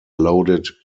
loaded